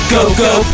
Go-go